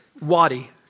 wadi